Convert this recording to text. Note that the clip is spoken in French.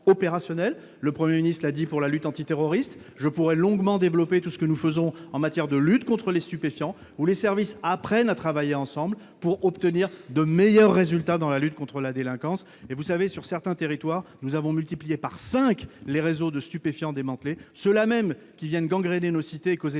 le 1er ministre- cela dit pour la lutte antiterroriste, je pourrais longuement développé tout ce que nous faisons en matière de lutte contre les stupéfiants ou les services apprennent à travailler ensemble pour obtenir de meilleurs résultats dans la lutte contre la délinquance et vous savez sur certains territoires, nous avons multiplié par 5, les réseaux de stupéfiants démantelé, ceux-là même qui viennent gangréner Nossiter causer